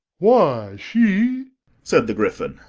why, she said the gryphon.